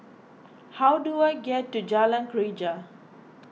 how do I get to Jalan Greja